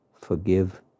forgive